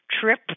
trip